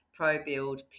ProBuild